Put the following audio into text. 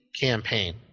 campaign